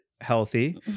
healthy